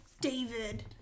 David